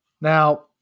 Now